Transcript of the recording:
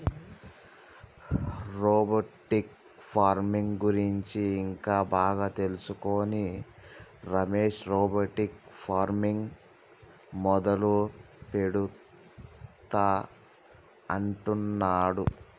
robotic farming గురించి ఇంకా బాగా తెలుసుకొని రమేష్ రోబోటిక్ ఫార్మింగ్ మొదలు పెడుతా అంటున్నాడు